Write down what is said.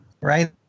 right